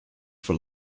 for